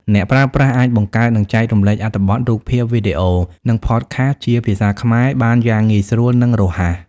អ្នកប្រើប្រាស់អាចបង្កើត និងចែករំលែកអត្ថបទ រូបភាព វីដេអូ និងផតខាសជាភាសាខ្មែរបានយ៉ាងងាយស្រួល និងរហ័ស។